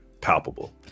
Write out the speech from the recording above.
palpable